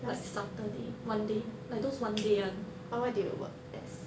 like saturday one day like those one day [one]